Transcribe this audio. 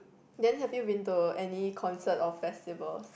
then have you been to any concert or festivals